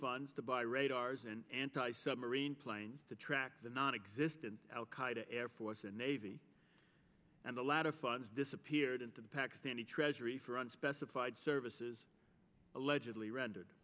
funds to buy radars and anti submarine planes to track the nonexistent al qaida force and navy and a lot of funds disappeared into the pakistani treasury for unspecified services allegedly rendered